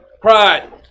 Pride